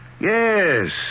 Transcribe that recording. Yes